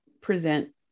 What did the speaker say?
present